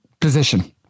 position